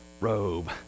robe